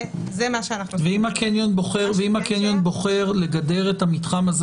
אם הקניון בוחר לגדר את המתחם הזה